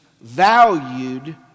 valued